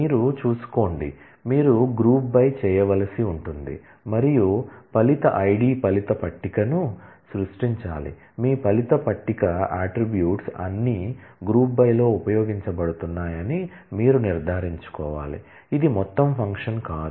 మీరు చూసుకోండి మీరు గ్రూప్ బై చేయవలసి ఉంటుంది మరియు ఫలిత ఐడి ఫలిత పట్టికను సృష్టించాలి మీ ఫలిత పట్టిక అట్ట్రిబ్యూట్స్ అన్నీ గ్రూప్ బై లో ఉపయోగించబడుతున్నాయని మీరు నిర్ధారించుకోవాలి ఇది మొత్తం ఫంక్షన్ కాదు